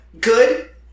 Good